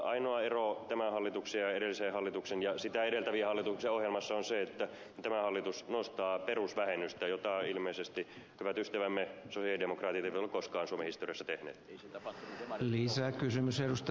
ainoa ero tämän hallituksen ja edellisen hallituksen ja sitä edeltävien hallitusten ohjelmassa on se että tämä hallitus nostaa perusvähennystä mitä ilmeisesti hyvät ystävämme sosialidemokraatit eivät ole koskaan suomen historiassa tehneet